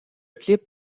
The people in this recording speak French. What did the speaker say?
clip